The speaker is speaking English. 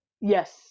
yes